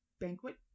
banquet